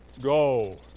Go